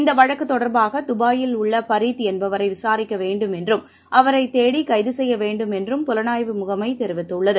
இந்தவழக்குத் தொடர்பாகதபாயில் உள்ளபரீத் என்பவரைவிசாரிக்கவேண்டும் என்றும் அவரைத் தேடிகைதசெய்யவேண்டும் என்றும் புலனாய்வு முகமைதெரிவித்துள்ளது